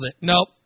Nope